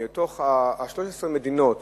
אלא מתוך 13 המדינות